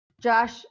Josh